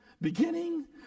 beginning